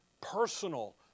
Personal